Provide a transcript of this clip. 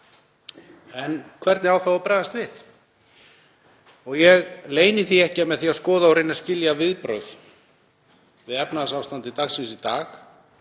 En hvernig á þá að bregðast við? Ég leyni því ekki að með því að skoða og reyna að skilja viðbrögð við efnahagsástandi dagsins í dag